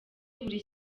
buri